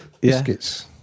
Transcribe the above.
biscuits